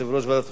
חוק ומשפט,